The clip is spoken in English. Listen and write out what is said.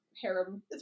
harem